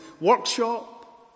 workshop